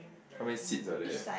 how many seats are there